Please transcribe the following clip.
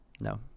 No